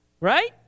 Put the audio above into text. Right